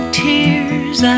tears